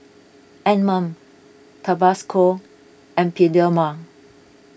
Anmum Tabasco and Bioderma